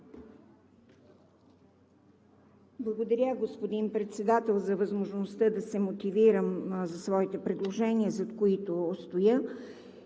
Благодаря, господин Председател, за възможността да се мотивирам за своите предложения, зад които стоя,